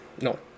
no